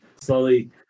slowly